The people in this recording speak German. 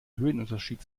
höhenunterschied